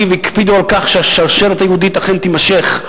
והקפידו על כך שהשרשרת היהודית אכן תימשך.